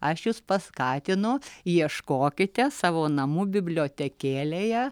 aš jus paskatinu ieškokite savo namų bibliotekėlėje